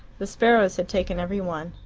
the sparrows had taken every one.